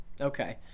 okay